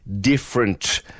different